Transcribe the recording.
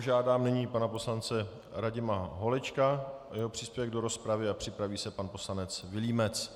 Požádám nyní pana poslance Radima Holečka, jeho příspěvek do rozpravy, připraví se pan poslanec Vilímec.